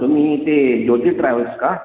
तुम्ही ते जोशी ट्रॅवल्स का